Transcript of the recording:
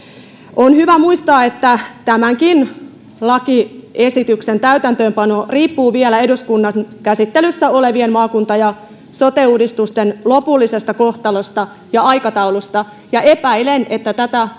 on hyvä muistaa että tämänkin lakiesityksen täytäntöönpano riippuu vielä eduskunnan käsittelyssä olevien maakunta ja sote uudistusten lopullisesta kohtalosta ja aikataulusta ja epäilen että tätä